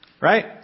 right